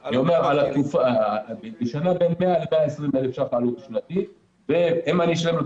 אני אומר לשנה בין 100 ל-120,000 שקלים עלות שנתית ואם אני אשלם את